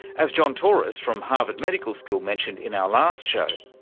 as john torous from harvard medical school mentioned in our last show,